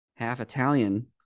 half-Italian